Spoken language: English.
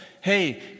hey